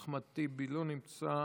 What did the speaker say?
אחמד טיבי, לא נמצא,